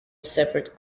separate